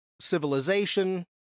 civilization